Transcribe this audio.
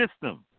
system